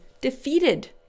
defeated